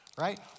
right